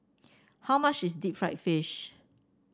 how much is Deep Fried Fish